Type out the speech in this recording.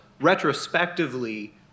retrospectively